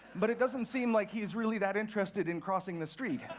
but it doesn't seem like he is really that interested in crossing the street.